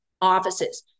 offices